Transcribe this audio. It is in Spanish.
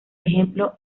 ejemplo